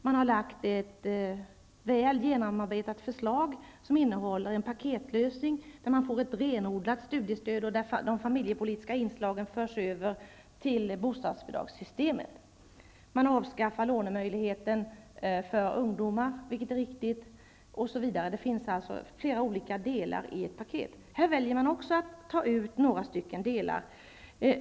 Man har lagt fram ett väl genomarbetat förslag som innehåller en paketlösning där det ges får ett renodlat studiestöd och där de familjepolitiska inslagen förs över till bostadsbidragssystemet. Man vill avskaffa lånemöjligheten för ungdomar, vilket är riktigt, osv. Det finns flera olika delar i paketet. Här väljer man också att ta ur några delar.